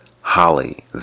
Holly